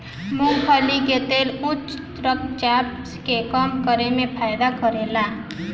मूंगफली के तेल उच्च रक्त चाप के कम करे में फायदा करेला